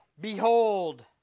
behold